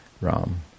Ram